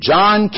John